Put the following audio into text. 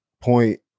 point